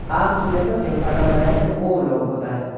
آگ چولھے پر جب کھانا بنایا تھا وہ لو ہوتا ہے